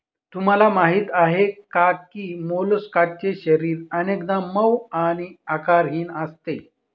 तुम्हाला माहीत आहे का की मोलस्कचे शरीर अनेकदा मऊ आणि आकारहीन असते